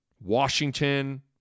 Washington